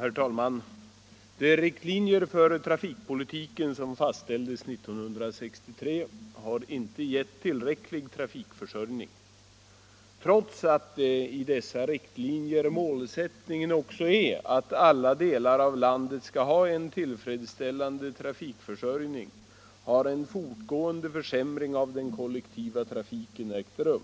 Herr talman! De riktlinjer för trafikpolitiken som fastställdes 1963 har inte gett tillräcklig trafikförsörjning. Trots att i dessa riktlinjer målsättningen också är att alla delar av landet skall ha en tillfredsställande trafikförsörjning, har en fortgående försämring av den kollektiva trafiken ägt rum.